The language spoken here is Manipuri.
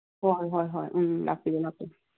ꯍꯣꯏ ꯍꯣꯏ ꯍꯣꯏ ꯎꯝ ꯂꯥꯛꯄꯤꯔꯣ ꯂꯥꯛꯄꯤꯔꯣ